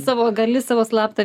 savo gali savo slaptą